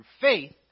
faith